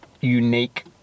unique